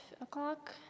o'clock